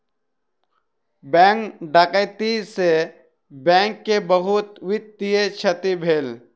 bank डकैती से bank के बहुत वित्तीय क्षति भेल